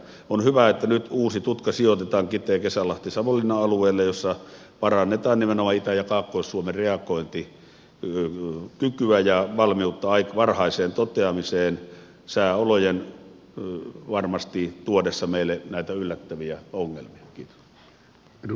on hyvä että nyt uusi tutka sijoitetaan kiteekesälahtisavonlinna alueelle jossa parannetaan nimenomaan itä ja kaakkois suomen reagointikykyä ja valmiutta varhaiseen toteamiseen sääolojen varmasti tuodessa meille näitä yllättäviä ongelmia